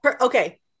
okay